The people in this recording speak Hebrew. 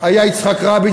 היה יצחק רבין,